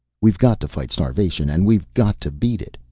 we've got to fight starvation, and we've got to beat it,